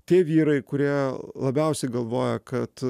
tie vyrai kurie labiausiai galvoja kad